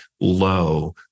low